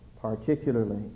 particularly